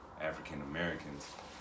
african-americans